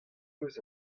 eus